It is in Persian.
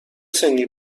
سنی